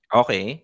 okay